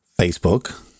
Facebook